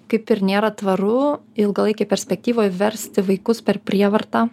kaip ir nėra tvaru ilgalaikėj perspektyvoj versti vaikus per prievartą